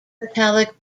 metallic